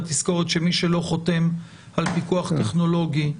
בתזכורת שמי שלא חותם על פיקוח טכנולוגי,